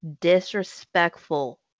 disrespectful